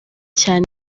cyane